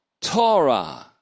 Torah